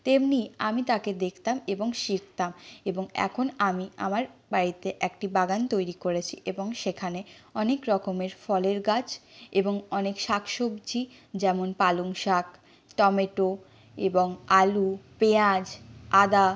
তেমনি আমি তাঁকে দেখতাম এবং শিখতাম এবং এখন আমি আমার বাড়িতে একটি বাগান তৈরি করেছি এবং সেখানে অনেক রকমের ফলের গাছ এবং অনেক শাক সবজি যেমন পালং শাক টমেটো এবং আলু পেঁয়াজ আদা